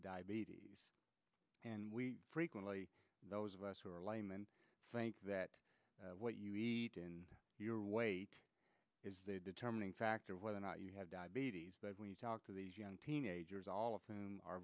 diabetes and we frequently those of us who are laymen think that what you eat in your weight is a determining factor of whether or not you have diabetes but when you talk to these young teenagers all of them are